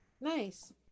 nice